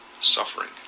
suffering